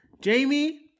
Jamie